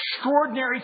extraordinary